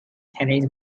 tennis